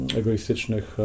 egoistycznych